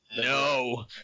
no